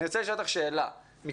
אני רוצה לשאול אותך שאלה מקצועית.